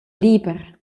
liber